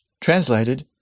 translated